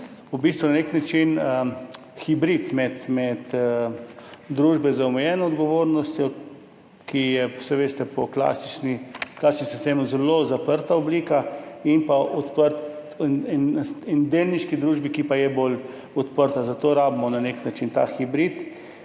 v bistvu na nek način hibrid med družbo z omejeno odgovornostjo, ki je, saj veste, po klasičnem sistem zelo zaprta oblika, in delniško družbo, ki pa je bolj odprta. Zato rabimo na nek način ta hibrid.